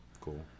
Cool